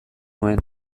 nuen